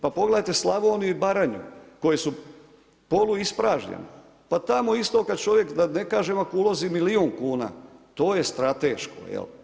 Pa pogledajte Slavoniju i Baranju koje su poluispražnjenje, pa tamo isto kada čovjek da ne kažem ako uloži milijun kuna to je strateško.